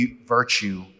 virtue